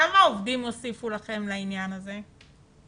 כמה עובדים הוסיפו לכם לעניין הזה?